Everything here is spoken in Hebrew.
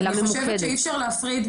אני חושבת שאי אפשר להפריד,